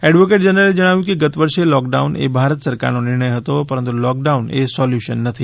advocate જનરલે જણાવ્યું કે ગત વર્ષે લૉકડાઉન એ ભારત સરકારનો નિર્ણય હતો પરંતુ લૉક ડાઉન એ સોલ્યુશન નથી